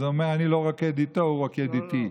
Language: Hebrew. אז הוא אומר: אני לא רוקד איתו, הוא רוקד איתי.